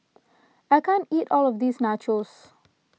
I can't eat all of this Nachos